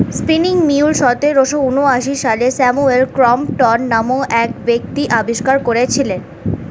spinning mule সতেরোশো ঊনআশি সালে স্যামুয়েল ক্রম্পটন নামক এক ব্যক্তি আবিষ্কার করেছিলেন